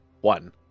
one